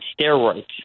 steroids